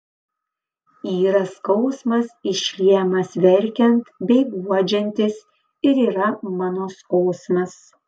yra skausmas išliejamas verkiant bei guodžiantis ir yra mano skausmas